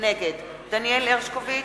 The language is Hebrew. נגד דניאל הרשקוביץ,